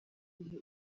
gihe